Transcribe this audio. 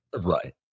Right